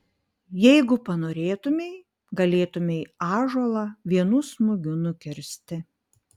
jeigu panorėtumei galėtumei ąžuolą vienu smūgiu nukirsti